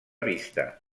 vista